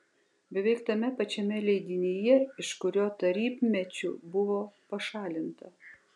beveik tame pačiame leidinyje iš kurio tarybmečiu buvo pašalinta